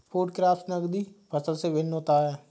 food crops नगदी फसल से भिन्न होता है